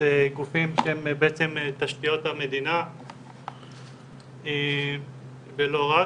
גופים שהם בעצם תשתיות המדינה ולא רק,